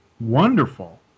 wonderful